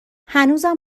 هنوزم